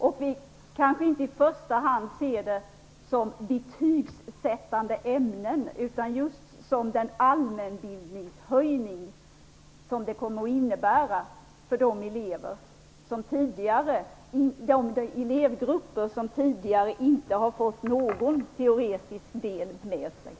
Vi kanske inte i första hand ser dem som betygsättande ämnen, utan som den allmänbildningshöjning de kommer att innebära för de elevgrupper som tidigare inte fått någon teoretisk utbildning.